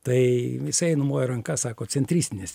tai jisai numojo ranka sako centristinės